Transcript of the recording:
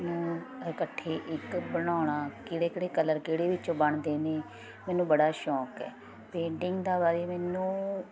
ਨੂੰ ਇਕੱਠੇ ਇੱਕ ਬਣਾਉਣਾ ਕਿਹੜੇ ਕਲਰ ਕਿਹੜੇ ਵਿੱਚੋਂ ਬਣਦੇ ਨੇ ਮੈਨੂੰ ਬੜਾ ਸ਼ੌਂਕ ਹੈ ਪੇਟਿੰਗ ਦਾ ਵਾ ਮੈਨੂੰ